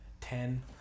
Ten